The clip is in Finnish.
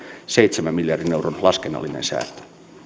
seitsemän miljardin euron laskennallinen säästö